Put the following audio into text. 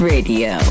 Radio